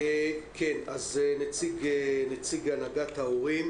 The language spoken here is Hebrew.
נציג הנהגת ההורים